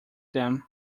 then